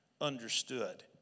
understood